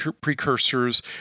precursors